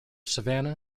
savanna